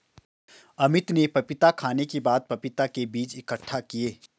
अमित ने पपीता खाने के बाद पपीता के बीज इकट्ठा किए